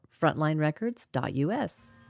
FrontlineRecords.us